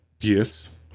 yes